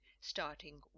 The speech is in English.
starting